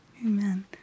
Amen